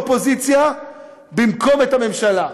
באופוזיציה במקום את הממשלה,